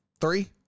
three